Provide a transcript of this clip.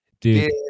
Dude